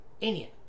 Indian